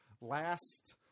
last